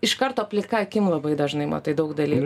iš karto plika akim labai dažnai matai daug dalykų